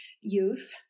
youth